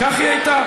כך היא הייתה,